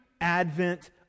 advent